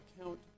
Account